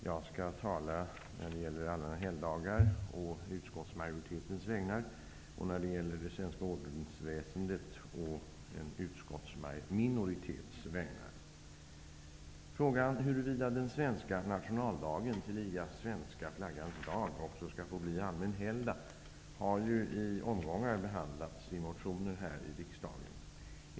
Fru talman! Jag skall när det gäller allmänna helgdagar tala å utskottsmajoritetens vägnar och när det gäller det svenska ordensväsendet å utskottsminoritetens vägnar. Frågan huruvida den svenska nationaldagen, tillika svenska flaggans dag, skall bli allmän helgdag har i omgångar behandlats i motioner här i riksdagen.